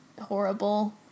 horrible